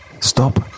Stop